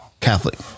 Catholic